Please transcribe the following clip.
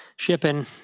Shipping